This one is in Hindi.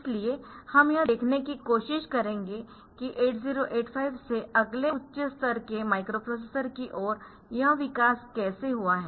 इसलिए हम यह देखने की कोशिश करेंगे कि 8085 से अगले उच्च स्तर के माइक्रोप्रोसेसर की ओर यह विकास कैसे हुआ है